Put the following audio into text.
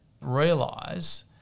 realise